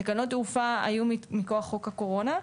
תקנות התעופה היו מכוח חוק הקורונה,